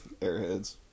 Airheads